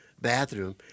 bathroom